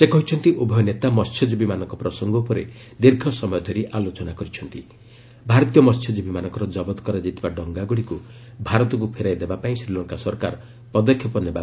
ସେ କହିଛନ୍ତି ଉଭୟ ନେତା ମସ୍ୟଜୀବୀମାନଙ୍କ ପ୍ରସଙ୍ଗ ଉପରେ ଦୀର୍ଘ ସମୟ ଧରି ଆଲୋଚନା କରିଛନ୍ତି ଓ ଭାରତୀୟ ମହ୍ୟଜୀବୀମାନଙ୍କର ଜବତ କରାଯାଇଥିବା ଡଙ୍ଗାଗୁଡ଼ିକୁ ଭାରତକୁ ଫେରାଇ ଦେବା ପାଇଁ ଶ୍ରୀଲଙ୍କା ସରକାର ପଦକ୍ଷେପ ନେବେ